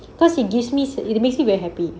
cause it gives me it makes me very happy